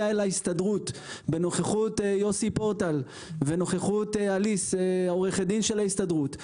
להסתדרות בנוכחות יוסי פורטל ואליס עורכת הדין של ההסתדרות,